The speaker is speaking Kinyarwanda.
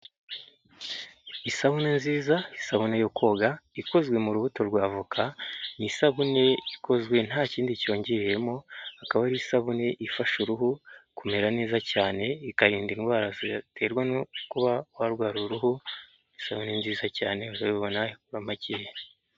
Isabune nziza isabune yo koga ikozwe mu rubuto rwa avoka, ni isabune ikozwe nta kindi cyongereyemo, ikaba ari isabune ifasha uruhu kumera neza cyane ikarinda indwara ziterwa no kuba warwara uruhu, isabune nziza cyane uzayibona igura macyeya.